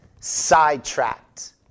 Sidetracked